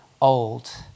old